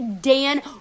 Dan